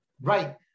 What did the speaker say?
right